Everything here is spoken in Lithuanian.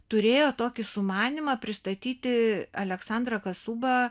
turėjo tokį sumanymą pristatyti aleksandrą kasubą